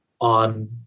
on